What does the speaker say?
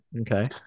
Okay